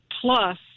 plus